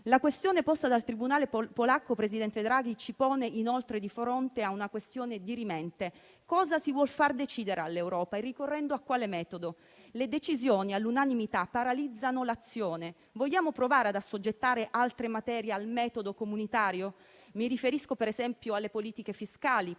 La questione posta dal tribunale polacco, presidente Draghi, ci pone, inoltre, di fronte a una questione dirimente: cosa si vuol far decidere all'Europa? Ricorrendo a quale metodo? Le decisioni all'unanimità paralizzano l'azione. Vogliamo provare ad assoggettare altre materie al metodo comunitario? Mi riferisco, per esempio, alle politiche fiscali,